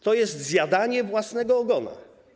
To jest zjadanie własnego ogona.